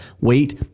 weight